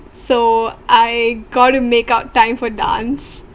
so I got to make up time for dance